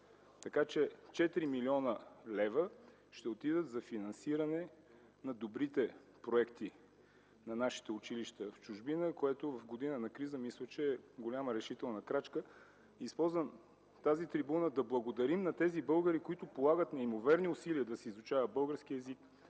Така че 4 млн. лв. ще отидат за финансиране на добрите проекти на нашите училища в чужбина, което в година на криза мисля, че е голяма, решителна крачка. Използвам тази трибуна да благодарим на тези българи, които полагат неимоверни усилия да се изучава български език,